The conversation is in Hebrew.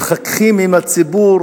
מתחככים עם הציבור